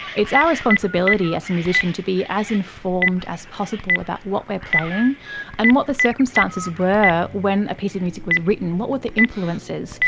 it's our responsibility as musicians to be as informed as possible about what we are playing and what the circumstances were when a piece of music was written, what were the influences?